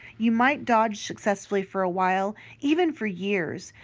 you might dodge successfully for a while, even for years,